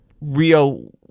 Rio